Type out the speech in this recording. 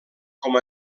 com